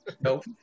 Nope